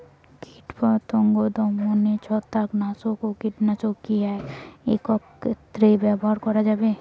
কীটপতঙ্গ দমনে ছত্রাকনাশক ও কীটনাশক কী একত্রে ব্যবহার করা যাবে?